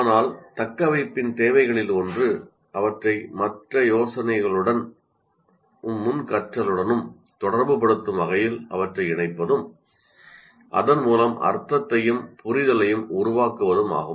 ஆனால் தக்கவைப்பின் தேவைகளில் ஒன்று அவற்றை மற்ற யோசனைகளுடனும் முன் கற்றலுடனும் தொடர்புபடுத்தும் வகையில் அவற்றை இணைப்பதும் எனவே அர்த்தத்தையும் புரிதலையும் உருவாக்குவதும் ஆகும்